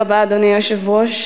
אדוני היושב-ראש,